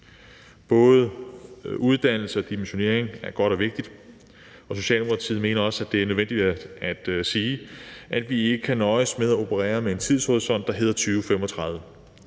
Både uddannelse og dimensionering er godt og vigtigt, og Socialdemokratiet mener også, det er nødvendigt at sige, at vi ikke kan nøjes med at operere med en tidshorisont, der hedder 2035,